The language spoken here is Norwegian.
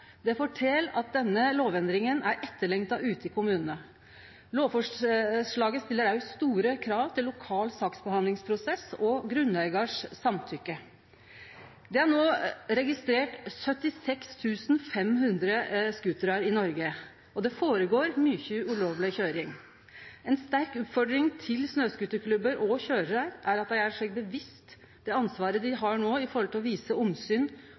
Det fortel at denne lovendringa er etterlengta ute i kommunane. Lovforslaget stiller også store krav til lokal saksbehandlingsprosess og samtykke frå grunneigaren. Det er no registrert 76 500 scooterar i Noreg, og det føregår mykje ulovleg køyring. Ei sterk oppfordring til snøscooterklubbar og -køyrarar er at dei er bevisste på det ansvaret dei har for å vise omsyn